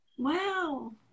Wow